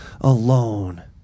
alone